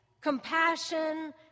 compassion